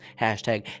Hashtag